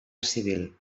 civil